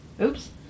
Oops